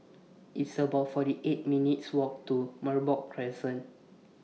It's about forty eight minutes' Walk to Merbok Crescent